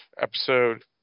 Episode